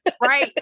right